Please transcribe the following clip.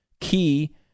key